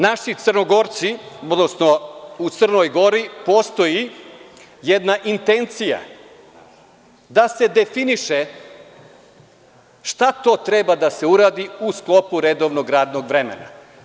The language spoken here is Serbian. Naši Crnogorci, odnosno u Crnoj Gori postoji jedna intencija da se definiše šta to treba da se uradi u sklopu redovnog radnog vremena.